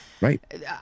Right